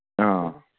ꯑꯥ